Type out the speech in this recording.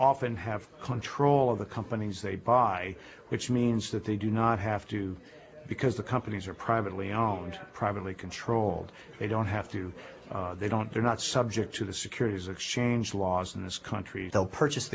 often have control of the companies they buy which means that they do not have to because the companies are privately owned privately controlled they don't have to they don't they're not subject to the securities exchange laws in this country they'll purchase